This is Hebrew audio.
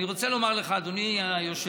אני רוצה לומר לך, אדוני היושב-ראש,